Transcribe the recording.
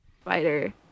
spider